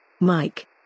Mike